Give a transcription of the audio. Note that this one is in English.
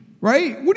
Right